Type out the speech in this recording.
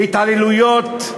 להתעללויות,